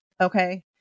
Okay